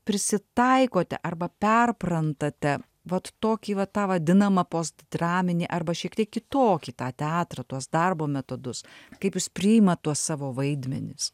prisitaikote arba perprantate vat tokį va tą vadinamą postdraminį arba šiek tiek kitokį tą teatrą tuos darbo metodus kaip jūs priimat tuos savo vaidmenis